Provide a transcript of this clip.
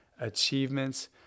achievements